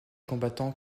combattants